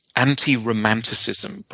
anti-romanticism.